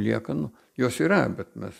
liekanų jos yra bet mes